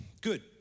good